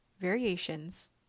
variations